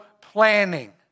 planning